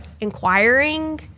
inquiring